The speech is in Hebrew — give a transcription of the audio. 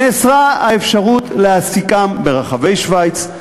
נאסרה האפשרות להעסיקם ברחבי שווייץ.